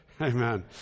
Amen